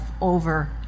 over